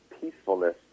peacefulness